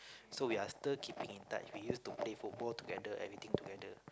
so we are still keeping in touch we use to play football together everything together